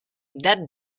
date